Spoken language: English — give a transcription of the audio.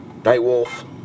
Nightwolf